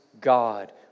God